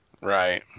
Right